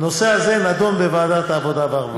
שהנושא הזה נדון בוועדת העבודה והרווחה.